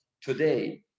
today